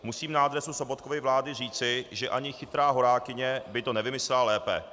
Musím na adresu Sobotkovy vlády říci, že ani chytrá horákyně by to nevymyslela lépe.